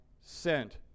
sent